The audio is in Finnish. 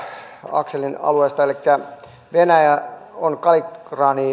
akselin alueesta venäjä on kaliningradiin